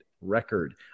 record